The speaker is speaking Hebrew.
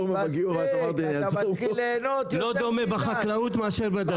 לא דומה מה שבחקלאות למה שבדתות.